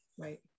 right